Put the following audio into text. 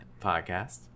podcast